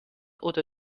oder